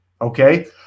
Okay